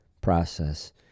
process